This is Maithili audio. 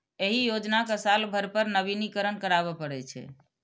एहि योजना कें साल भरि पर नवीनीकरण कराबै पड़ै छै